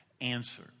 answer